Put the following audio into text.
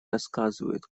рассказывают